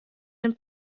den